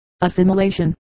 assimilation